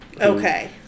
Okay